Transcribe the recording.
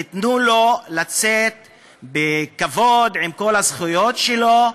ייתנו לו לצאת בכבוד, עם כל הזכויות שלו.